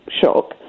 shock